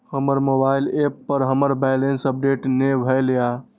हमर mobile app पर हमर बैलेंस अपडेट ने भेल या